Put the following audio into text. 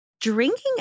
Drinking